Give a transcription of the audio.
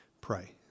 Pray